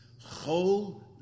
whole